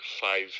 five